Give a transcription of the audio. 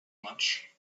much